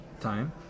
time